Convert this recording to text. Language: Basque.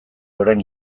orain